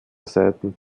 seiten